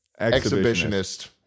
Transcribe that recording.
Exhibitionist